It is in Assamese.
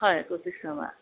হয় কৌশিক শৰ্মা